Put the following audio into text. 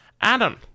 Adam